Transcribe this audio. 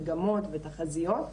מגמות ותחזיות.